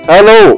Hello